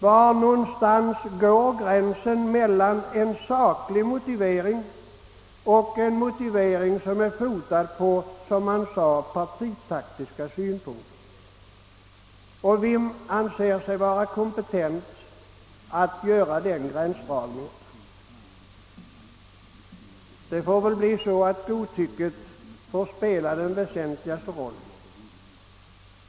Var någonstans går gränsen mellan en saklig motivering och en motivering som är fotad på — såsom man sade — partitaktiska synpunkter, och vem anser sig vara kompetent att göra denna gränsdragning? Det får väl bli godtycket som får spela den väsentligaste rollen.